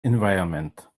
environment